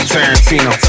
Tarantino